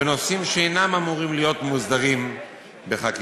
בנושאים שאינם אמורים להיות מוסדרים בחקיקה.